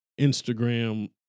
Instagram